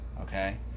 Okay